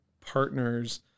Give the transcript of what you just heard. partners